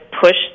push